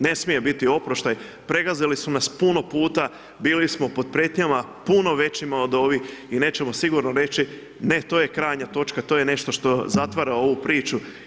Ne smije biti oproštaj, pregazili su nas puno puta, bili smo pod prijetnjama puno većima od ovih i nećemo sigurno reći, ne to je krajnja točka, to je nešto što zatvara ovu priču.